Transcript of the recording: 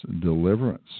deliverance